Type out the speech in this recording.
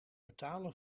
betalen